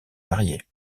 variés